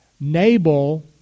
Nabal